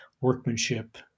workmanship